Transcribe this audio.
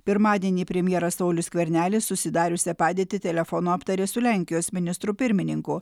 pirmadienį premjeras saulius skvernelis susidariusią padėtį telefonu aptarė su lenkijos ministru pirmininku